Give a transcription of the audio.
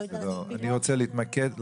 אני רוצה להתמקד.